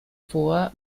vor